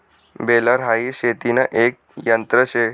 baler हाई शेतीन एक यंत्र शे